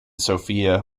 sofia